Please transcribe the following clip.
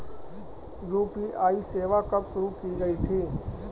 UPI सेवा कब शुरू की गई थी?